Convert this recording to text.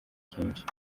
kenshi